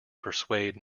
persuade